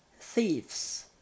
Thieves